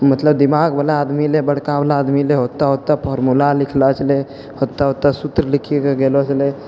मतलब दिमाग बला आदमी ले बड़का बला आदमी ले ओते ओते फॉर्मुला लिखलो छलै ओतऽ ओतऽ सूत्र लिखी कऽ गेलौ छलै